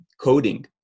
coding